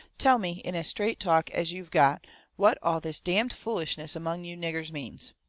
tell me in as straight talk as you've got what all this damned foolishness among you niggers means.